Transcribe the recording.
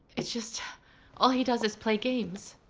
it's just all he does is play games.